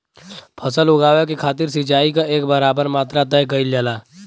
फसल उगावे के खातिर सिचाई क एक बराबर मात्रा तय कइल जाला